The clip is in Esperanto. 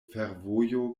fervojo